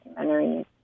documentaries